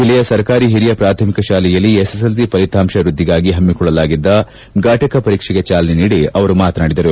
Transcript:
ಜಿಲ್ಲೆಯ ಸರಕಾರಿ ಹಿರಿಯ ಪ್ರಾಥಮಿಕ ಶಾಲೆಯಲ್ಲಿ ಎಸ್ಎಸ್ಎಲ್ಸಿ ಫಲಿತಾಂಶ ವೃದ್ದಿಗಾಗಿ ಹಮ್ಸಿಕೊಳ್ಳಲಾಗಿದ್ದ ಫಟಕ ಪರೀಕ್ಷೆಗೆ ಚಾಲನೆ ನೀಡಿ ಅವರು ಮಾತನಾಡಿದರು